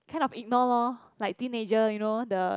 kind of ignore lor like teenager you know the